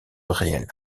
réel